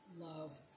love